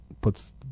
puts